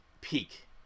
peak